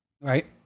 Right